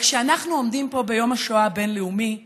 אבל כשאנחנו עומדים פה ביום השואה הבין-לאומי,